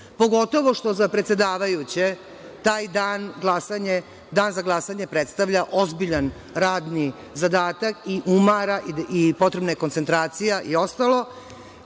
Pogotovo što za predsedavajuće taj Dan za glasanje predstavlja ozbiljan radni zadatak, umara i potrebna je koncentracija i ostalo.